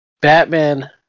Batman